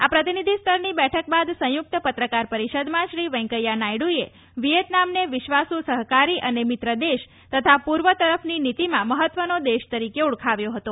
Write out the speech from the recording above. આ પ્રતિભિધિ સ્તરની બેઠક બાદ સંયુક્ત પત્રકાર પરિષદમાં શ્રી વેંકૈયા નાયડુએ વિયેતનામને વિશ્વાસુ સહકારી અને મિત્ર દેશ તથા પૂર્વ તરફની નીતીમાં મહત્વનો દેશ તરીકે ઓળખાવ્યો ફતો